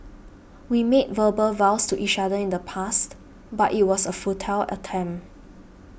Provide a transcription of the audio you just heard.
we made verbal vows to each other in the past but it was a futile attempt